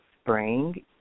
spring